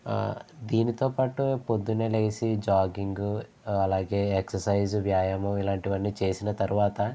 దీనితోపాటు పొద్దునే లేసి జాగింగ్ అలాగే ఎక్ససైజ్ వ్యాయామం ఇలాంటివన్నీ చేసిన తర్వాత